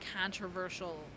controversial